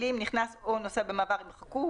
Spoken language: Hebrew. המילים "נכנס או נוסע במעבר" יימחקו,